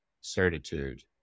certitude